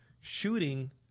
shooting